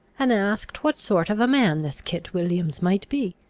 and asked what sort of a man this kit williams might be?